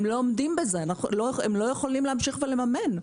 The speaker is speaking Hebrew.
הם לא עומדים בזה; הם לא יכולים להמשיך ולממן.